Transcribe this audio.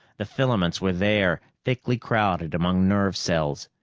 the filaments were there, thickly crowded among nerve cells.